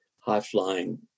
high-flying